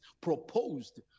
proposed